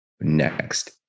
next